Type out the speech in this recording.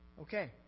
okay